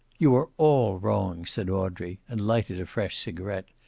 you are all wrong, said audrey, and lighted a fresh cigaret.